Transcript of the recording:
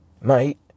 Mate